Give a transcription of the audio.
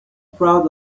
proud